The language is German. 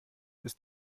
ist